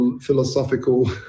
philosophical